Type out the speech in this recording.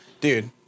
Dude